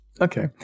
Okay